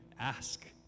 ask